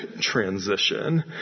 transition